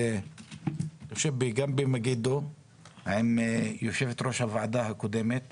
אני חושב שגם במגידו עם יושבת-ראש הוועדה הקודמת